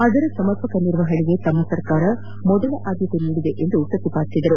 ಅದರ ಸಮರ್ಪಕ ನಿರ್ವಹಣೆಗೆ ತಮ್ಮ ಸರ್ಕಾರ ಮೊದಲ ಆದ್ಲತೆ ನೀಡಿದೆ ಎಂದು ಹೇಳಿದರು